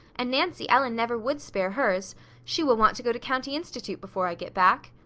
and nancy ellen never would spare hers she will want to go to county institute before i get back.